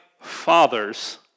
father's